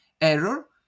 error